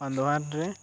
ᱟᱫᱷᱣᱟᱱ ᱨᱮ